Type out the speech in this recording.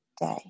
day